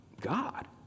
God